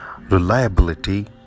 reliability